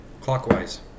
Clockwise